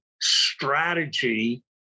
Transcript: strategy